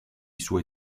suoi